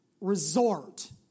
resort